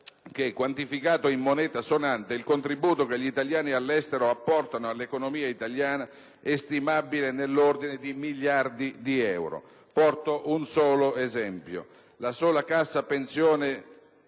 che, quantificato in moneta sonante, il contributo che gli italiani all'estero apportano all'economia italiana è stimabile nell'ordine di miliardi di euro. Porto un solo esempio: la sola Cassa di